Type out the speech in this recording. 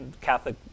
Catholic